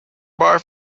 bar